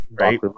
Right